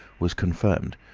was confirmed,